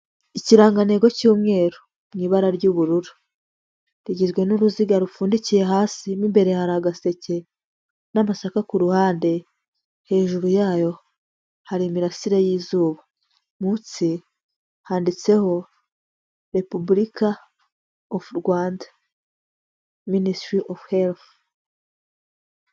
Ikirangantego cy'umweru mu ibara ry'ubururu, rigizwe n'uruziga rupfundikiye hasi mo imbere hari agaseke n'amasaka ku ruhande, hejuru yayo hari imirasire y'izuba, munsi handitseho Republic of Rwanda, Ministry of Health.